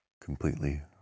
completely